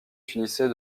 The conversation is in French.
finissait